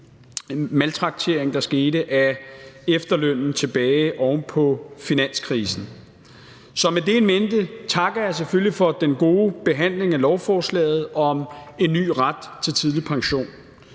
maltraktering, der skete, af efterlønnen tilbage oven på finanskrisen. Så med det in mente takker jeg selvfølgelig for den gode behandling af lovforslaget om en ny ret til tidlig pension.